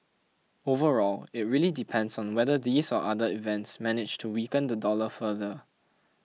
overall it really depends on whether these or other events manage to weaken the dollar further